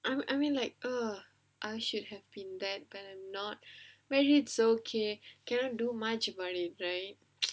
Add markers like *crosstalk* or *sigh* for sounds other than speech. I mean I mean like err I should have been that but I'm not but it's okay cannot do much about it right *noise*